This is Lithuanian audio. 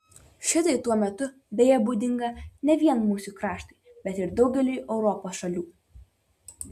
šitai tuo metu beje būdinga ne vien mūsų kraštui bet ir daugeliui europos šalių